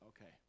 Okay